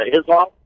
Islam